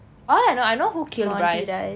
all I know I know who killed bryce